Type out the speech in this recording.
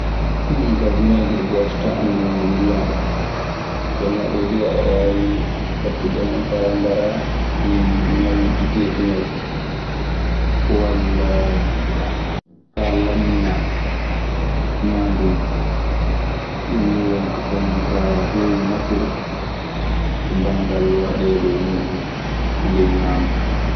Min kaa bineegiir gooto anndumi, mo ndiyan oo, jooni non oo duu aɗe waawi waɗtudde hen faa mbaraa ñawuuji, geeƴi ñaw. Walla faa lamminaa ñaandu nduu. Ɗun nii woni ko kañun kaa heewi nafude e banngal waɗeede muuɗun e ley ñaandu.